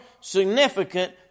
significant